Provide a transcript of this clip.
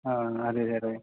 ആ അതെ സാറേ